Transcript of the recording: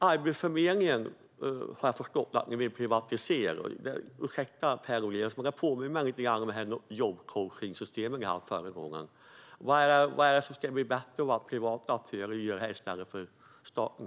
Arbetsförmedlingen har jag förstått att ni vill privatisera. Ursäkta, Per Lodenius, men det påminner mig lite grann om det jobbcoachningssystem ni införde förra gången. Vad är det som ska bli bättre av att privata aktörer gör det här i stället för staten?